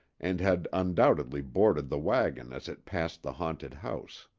and had undoubtedly boarded the wagon as it passed the haunted house.